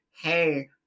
hey